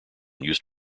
used